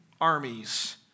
armies